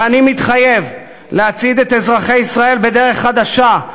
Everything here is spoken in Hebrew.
אני מתחייב להצעיד את אזרחי ישראל בדרך חדשה,